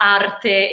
arte